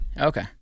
Okay